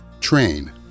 Train